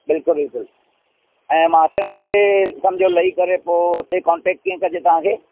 बिल्कुल बिल्कुल ऐं माथेरान ते सम्झो लही करे पोइ हुते कॉन्टैक्ट कीअं कजे तव्हांखे